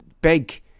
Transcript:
big